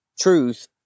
truth